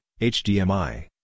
HDMI